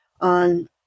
on